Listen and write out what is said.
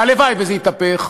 והלוואי שזה יתהפך,